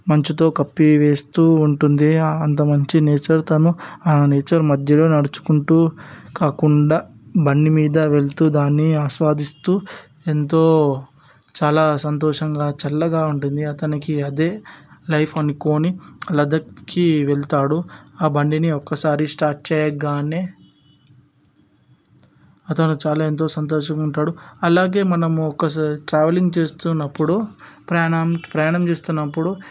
మంచుతో కప్పి వేస్తూ ఉంటుంది అంత మంచి నేచర్ తాను ఆ నేచర్ మధ్యలో నడుచుకుంటూ కాకుండా బండి మీద వెళుతూ దాన్ని ఆస్వాదిస్తూ ఎంతో చాలా సంతోషంగా చల్లగా ఉంటుంది అతనికి అదే లైఫ్ అనుకొని లదక్కి వెళతాడు ఆ బండిని ఒక్కసారి స్టార్ట్ చేయగానే అతను చాలా ఎంతో సంతోషంగా ఉంటాడు అలాగే మనము ఒకసారి ట్రావెలింగ్ చేస్తున్నపుడు ప్రయాణం ప్రయాణం చేస్తున్నపుడు